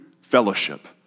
fellowship